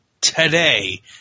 today